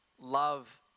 love